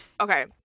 Okay